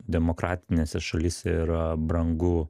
demokratinėse šalyse yra brangu